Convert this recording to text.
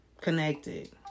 connected